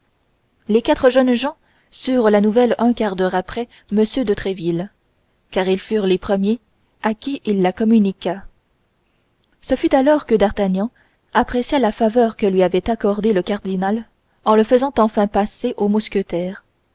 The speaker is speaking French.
les quatre jeunes gens surent la nouvelle un quart d'heure après m de tréville car ils furent les premiers à qui il la communiqua ce fut alors que d'artagnan apprécia la faveur que lui avait accordée le cardinal en le faisant enfin passer aux mousquetaires